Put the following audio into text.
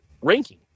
ranking